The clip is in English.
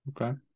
Okay